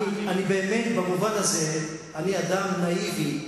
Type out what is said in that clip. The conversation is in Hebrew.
במובן הזה אני באמת אדם נאיבי,